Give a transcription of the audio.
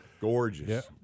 Gorgeous